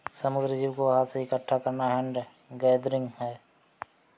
समुद्री जीव को हाथ से इकठ्ठा करना हैंड गैदरिंग है